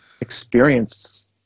experience